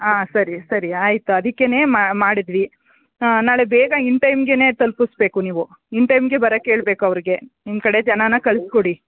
ಹಾಂ ಸರಿ ಸರಿ ಆಯಿತು ಅದಿಕೇ ಮಾಡಿದ್ವಿ ಹಾಂ ನಾಳೆ ಬೇಗ ಇನ್ ಟೈಮ್ಗೆ ತಲ್ಪಿಸ ಬೇಕು ನೀವು ಇನ್ ಟೈಮ್ಗೆ ಬರಕ್ಕೆ ಹೇಳಬೇಕು ಅವ್ರಿಗೆ ನಿಮ್ಮ ಕಡೆ ಜನನ ಕಳ್ಸಿಕೊಡಿ